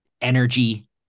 energy